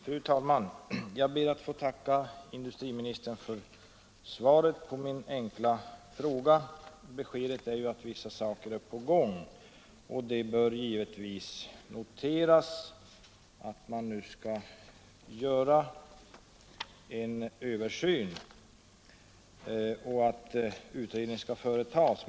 Fru talman! Jag ber att få tacka industriministern för svaret på min enkla fråga. Beskedet är att vissa saker är på gång, och det bör givetvis noteras att man nu skall göra en översyn och att utredningen skall företas.